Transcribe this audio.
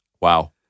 Wow